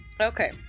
Okay